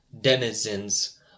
denizens